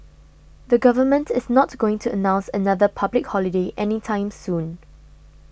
the government is not going to announce another public holiday anytime soon